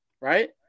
right